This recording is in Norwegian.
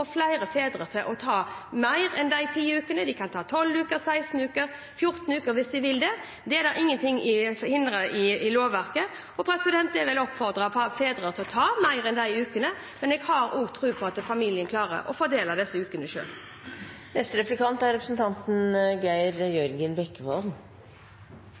flere fedre til å ta mer enn de ti ukene. De kan ta 12 uker, 14 uker eller 16 uker hvis de vil det, det er ingen ting i lovverket som hindrer dem i det. Jeg vil oppfordre fedre til å ta mer enn de ukene, men jeg har også tro på at familiene klarer å fordele disse ukene